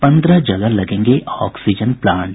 पन्द्रह जगह लगेंगे ऑक्सीजन प्लांट